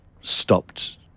stopped